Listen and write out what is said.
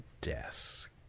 desk